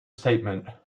statement